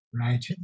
Right